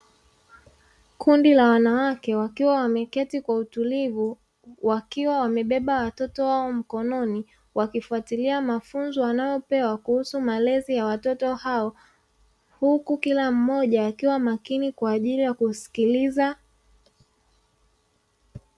Kundi la wanawake wakiwa wameketi kwa utulivu, wakiwa wamebeba watoto wao mkononi, wakifuatilia mafunzo wanayopewa kuhusu malezi ya watoto hao, huku kila mmoja akiwa makini kwa ajili ya kusikiliza.